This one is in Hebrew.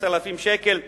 6,000 שקל לשנה,